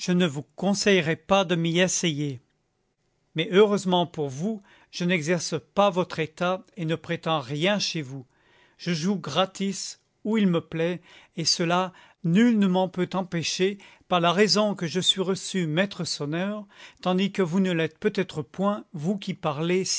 ne vous conseillerais pas de m'y essayer mais heureusement pour vous je n'exerce pas votre état et ne prétends rien chez vous je joue gratis où il me plaît et cela nul ne m'en peut empêcher par la raison que je suis reçu maître sonneur tandis que vous ne l'êtes peut-être point vous qui parlez